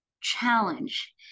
challenge